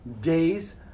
days